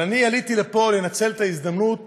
אני עליתי לפה לנצל את ההזדמנות